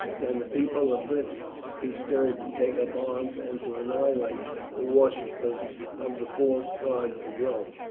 can the people of britain be stirred to take up arms and to annihilate the worshippers of the false gods of rome.